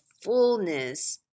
fullness